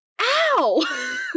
Ow